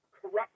corrupt